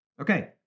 Okay